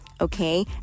okay